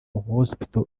hospital